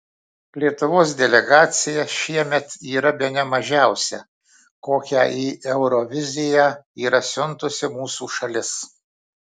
lietuvos delegacija šiemet yra bene mažiausia kokią į euroviziją yra siuntusi mūsų šalis